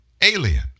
alien